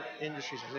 industries